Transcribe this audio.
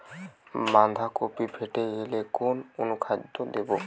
বাঁধাকপি ফেটে গেলে কোন অনুখাদ্য দেবো?